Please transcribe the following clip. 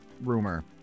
rumor